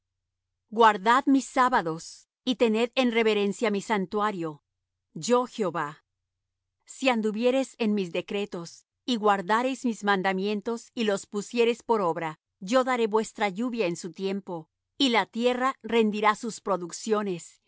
guardad mis sábados y tened en reverencia mi santuario yo jehová si anduviereis en mis decretos y guardareis mis mandamientos y los pusiereis por obra yo daré vuestra lluvia en su tiempo cy la tierra rendirá sus producciones